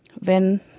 wenn